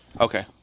Okay